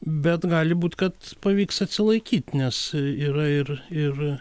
bet gali būt kad pavyks atsilaikyt nes yra ir ir